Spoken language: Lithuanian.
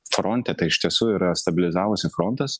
fronte tai iš tiesų yra stabilizavosi frontas